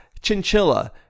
chinchilla